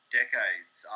decades